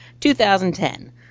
2010